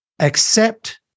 accept